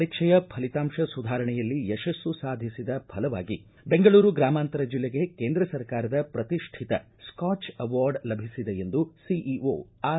ಪರೀಕ್ಷೆಯ ಫಲಿತಾಂಶ ಸುಧಾರಣೆಯಲ್ಲಿ ಯಶಸ್ಸು ಸಾಧಿಸಿದ ಫಲವಾಗಿ ಬೆಂಗಳೂರು ಗ್ರಾಮಾಂತರ ಜಿಲ್ಲೆಗೆ ಕೇಂದ್ರ ಸರ್ಕಾರದ ಪ್ರತಿಷ್ಠಿತ ಸ್ಥಾಬ್ ಅವಾರ್ಡ್ ಲಭಿಸಿದೆ ಎಂದು ಜಿಲ್ಲಾ ಪಂಚಾಯ್ತಿ ಸಿಇಓ ಆರ್